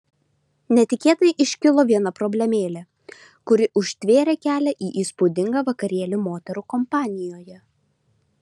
netikėtai iškilo viena problemėlė kuri užtvėrė kelią į įspūdingą vakarėlį moterų kompanijoje